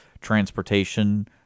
transportation